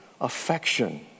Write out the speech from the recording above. affection